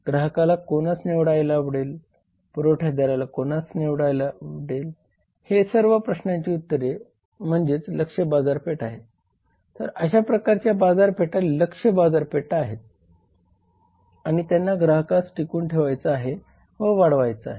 ग्राहकाला कोणास निवडायला आवडेल पुरवठ्यादाराला कोणास निवडायला आवडेल हे सर्व प्रश्नांची उत्तरे म्हणजे लक्ष बाजारपेठ आहे तर अशा प्रकारच्या बाजारपेठा लक्ष्य बाजारपेठ आहेत आणि त्यांना ग्राहकास टिकवून ठेवायचा आहे व वाढवायचे आहे